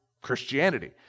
Christianity